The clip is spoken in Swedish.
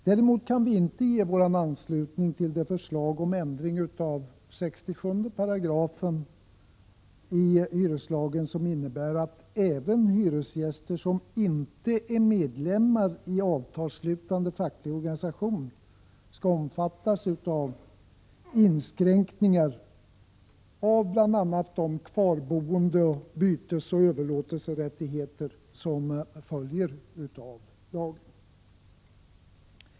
Däremot kan vi inte ge vår anslutning till förslaget om ändring av 67 § hyreslagen, som innebär att även hyresgäster som inte är medlemmar i avtalsslutande facklig organisation skall omfattas av inskränkningar bl.a. av kvarboende och av bytesoch överlåtelserättigheter som följer av lagen.